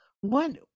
one